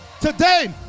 Today